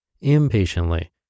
impatiently